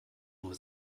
nur